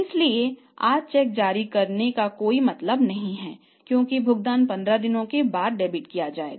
इसलिए आज चेक जारी करने का कोई मतलब नहीं है क्योंकि भुगतान 15 दिनों के बाद डेबिट किया जाएगा